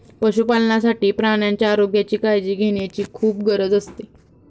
पशुपालनासाठी प्राण्यांच्या आरोग्याची काळजी घेण्याची खूप गरज असते